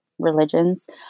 religions